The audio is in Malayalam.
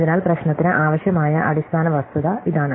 അതിനാൽ പ്രശ്നത്തിന് ആവശ്യമായ അടിസ്ഥാന വസ്തുത ഇതാണ്